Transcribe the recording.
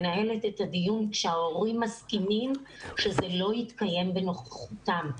מנהלת את הדיון כשההורים מסכימים שזה לא יתקיים בנוכחותם.